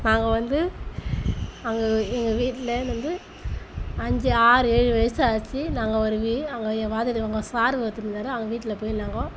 நாங்கள் வந்து அங்கே எங்கள் வீட்டிலேருந்து அஞ்சு ஆறு ஏழு வயது ஆச்சு நாங்கள் ஒரு வி அங்கே என் வாத்தியார் எங்கள் சாரு ஒருத்தர் இருந்தார் அவங்க வீட்டில் போய் நாங்க